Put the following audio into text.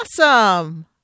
Awesome